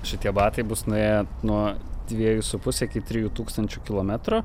šitie batai bus nuėję nuo dviejų su puse iki trijų tūkstančių kilometrų